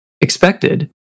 expected